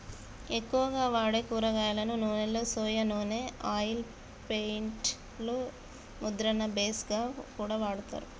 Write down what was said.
ఎక్కువగా వాడే కూరగాయల నూనెలో సొయా నూనె ఆయిల్ పెయింట్ లు ముద్రణకు బేస్ గా కూడా వాడతారు